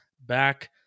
back